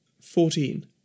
fourteen